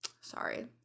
Sorry